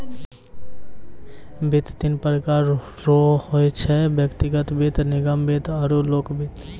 वित्त तीन प्रकार रो होय छै व्यक्तिगत वित्त निगम वित्त आरु लोक वित्त